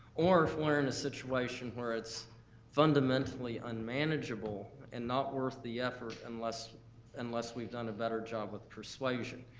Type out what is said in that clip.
or if we're in a situation where it's fundamentally unmanageable and not worth the effort unless unless we've done a better job with persuasion.